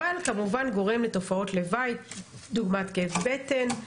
אבל כמובן גורם לתופעות לוואי דוגמת כאב בטן,